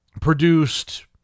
produced